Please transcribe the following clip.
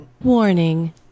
Warning